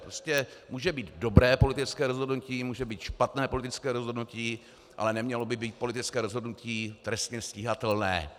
Prostě může být dobré politické rozhodnutí, může být špatné politické rozhodnutí, ale nemělo by být politické rozhodnutí trestně stíhatelné.